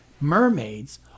mermaids